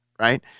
right